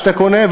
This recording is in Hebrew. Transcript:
כשאתה קונה,